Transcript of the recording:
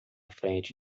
frente